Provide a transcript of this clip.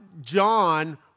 John